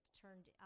turned